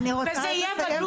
וזה יהיה בלוז